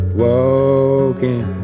walking